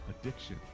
addiction